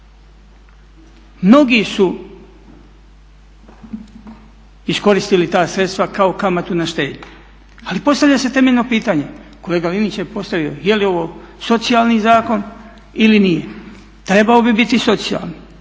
Mnogi su iskoristili ta sredstava kao kamatu na štednju, ali postavlja se temeljno pitanje, kolega Linić je postavio je li ovo socijalni zakon ili nije? Trebao bi biti socijalni,